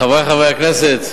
חברי חברי הכנסת,